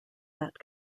that